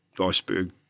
iceberg